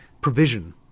provision